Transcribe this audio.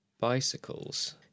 Bicycles